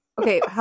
Okay